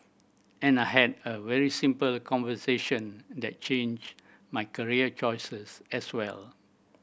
and I had a very simple conversation that changed my career choices as well